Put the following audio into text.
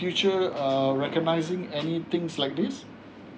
um recognizing any things like this